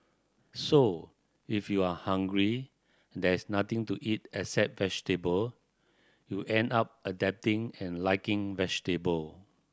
so if you are hungry there is nothing to eat except vegetable you end up adapting and liking vegetable